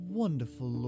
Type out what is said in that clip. wonderful